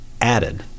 added